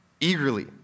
eagerly